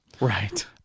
Right